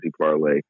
parlay